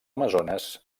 amazones